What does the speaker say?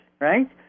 right